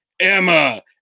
Emma